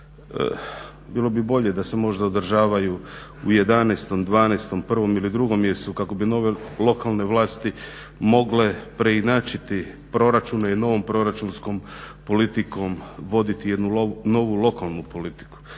Bilo bi bolje da se možda održavaju u 11, 12, 1 ili 2 mjesecu kako bi nove lokalne vlasti mogle preinačiti proračune i novom proračunskom politikom voditi jednu novu lokalnu politiku.